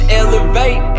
elevate